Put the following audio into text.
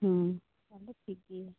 ᱦᱩᱸ ᱛᱟᱦᱚᱞᱮ ᱴᱷᱤᱠ ᱜᱮᱭᱟ